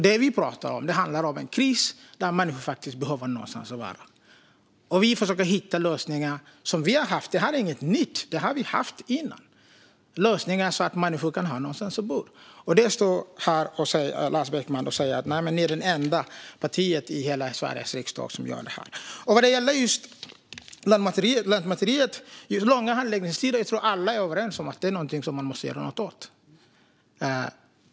Det vi pratar om är en kris där människor behöver någonstans att bo, och vi försöker hitta lösningar så att de får det. Det här är inget nytt utan något som vi har haft innan. Och Lars Beckman står här och säger att vi är det enda parti i hela Sveriges riksdag som gör detta. Vad gäller Lantmäteriet tror jag att alla är överens om att man måste göra något åt de långa handläggningstiderna.